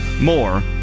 more